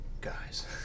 guys